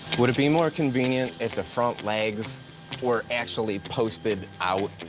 would it be more convenient if the front legs were actually posted out?